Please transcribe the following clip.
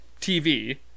TV